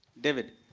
david.